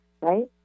right